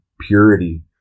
purity